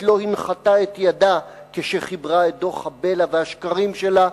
לא הנחתה את ידה כשחיברה את דוח הבלע והשקרים שלה,